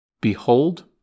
behold